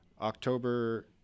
October